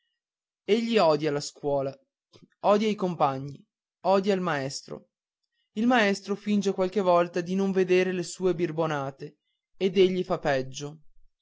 piangendo egli odia la scuola odia i compagni odia il maestro il maestro finge qualche volta di non vedere le sue birbonate ed egli fa peggio